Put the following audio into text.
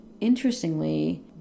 interestingly